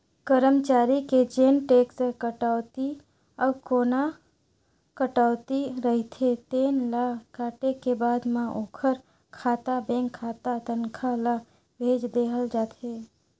करमचारी के जेन टेक्स कटउतीए अउ कोना कटउती रहिथे तेन ल काटे के बाद म ओखर खाता बेंक खाता तनखा ल भेज देहल जाथे